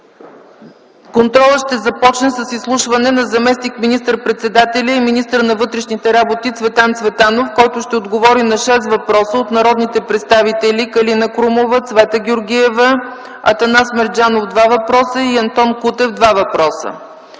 Контролът ще започне с изслушване на заместник министър-председателя и министър на вътрешните работи Цветан Цветанов, който ще отговори на шест въпроса от народните представители Калина Крумова, Цвета Георгиева, Атанас Мерджанов – два въпроса и Антон Кутев – два въпроса.